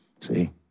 See